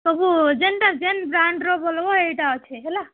ସବୁ ଯେନ୍ତା ଯେନ୍ ବ୍ରାଣ୍ଡର ବୋଲ୍ବ ଏଇଟା ଅଛି ହେଲା